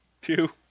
two